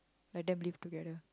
let them live together